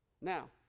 Now